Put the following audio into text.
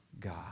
God